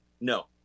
No